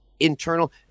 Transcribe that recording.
Internal